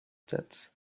debts